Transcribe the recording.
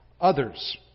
others